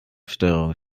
steuerung